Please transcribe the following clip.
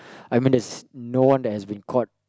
I mean there's no one that has been caught